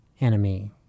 enemy